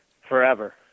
forever